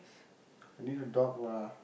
I need a dog lah